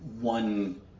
One